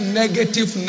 negative